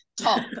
Top